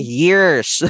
years